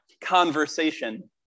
conversation